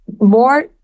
more